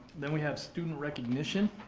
then we have student recognition